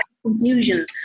Confusion